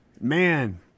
Man